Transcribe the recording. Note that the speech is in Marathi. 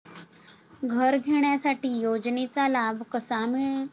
घर घेण्यासाठी योजनेचा लाभ कसा मिळेल?